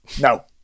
no